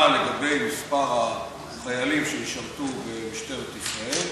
על מספר החיילים שישרתו במשטרת ישראל.